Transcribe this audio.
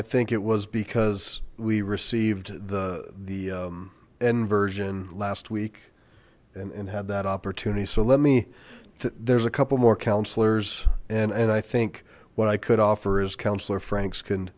i think it was because we received the the inversion last week and had that opportunity so let me there's a couple more counselors and and i think what i could offer is councillor franks can